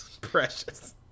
Precious